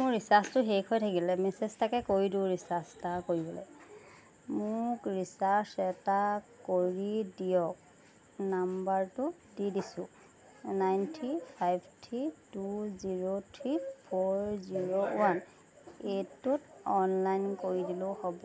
মোৰ ৰিচাৰ্ছটো শেষ হৈ থাকিলে মেছেজ এটাকে কৰি দিওঁ ৰিচাৰ্ছ এটা কৰিবলৈ মোক ৰিচাৰ্ছ এটা কৰি দিয়ক নাম্বাৰটো দি দিছোঁ nine three five three two zero three four zero one এইটটোত অনলাইন কৰি দিলোঁ হ'ব